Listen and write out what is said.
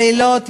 לילות,